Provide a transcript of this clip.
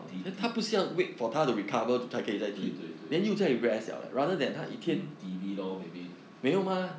第第对对对 t~ T_V lor maybe